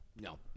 No